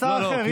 אז שר אחר.